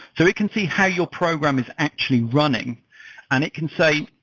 so it can see how your program is actually running and it can say,